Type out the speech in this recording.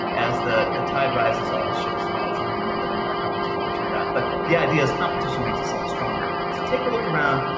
as the the tide rises, all the ships rise along with it. um i probably just butchered that. but the idea is competition makes us all stronger. so take a look around.